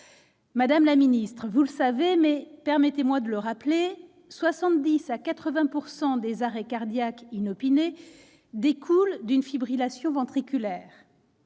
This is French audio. Madame la secrétaire d'État, vous le savez, mais permettez-moi de le rappeler, 70 % à 80 % des arrêts cardiaques inopinés découlent d'une fibrillation ventriculaire.